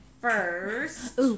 first